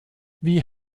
wie